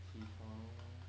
起床